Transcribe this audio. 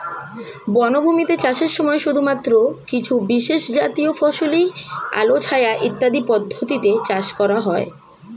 বনভূমিতে চাষের সময় শুধুমাত্র কিছু বিশেষজাতীয় ফসলই আলো ছায়া ইত্যাদি পদ্ধতিতে চাষ করা হয়